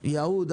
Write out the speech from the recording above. יהוד,